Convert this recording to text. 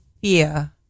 fear